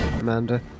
Amanda